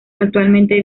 actualmente